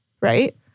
right